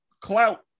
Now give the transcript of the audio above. clout